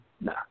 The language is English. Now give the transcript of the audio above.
No